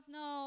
no